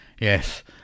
yes